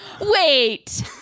Wait